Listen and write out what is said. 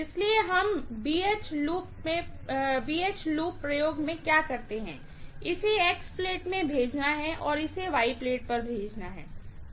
इसलिए हम BH loop प्रयोग में क्या करते हैं इसे X प्लेट में भेजना है और इसे Y प्लेट पर भेजना है